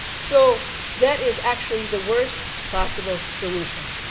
so that is actually the worst possible solution.